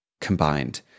combined